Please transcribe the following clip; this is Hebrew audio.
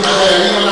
רק חיילים.